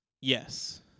Yes